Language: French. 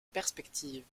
perspective